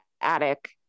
attic